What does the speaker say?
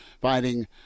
fighting